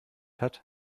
hat